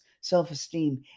self-esteem